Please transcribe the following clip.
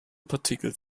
partikel